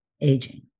aging